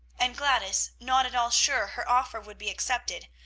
and gladys, not at all sure her offer would be accepted,